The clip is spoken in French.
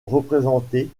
représenté